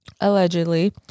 allegedly